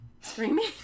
Screaming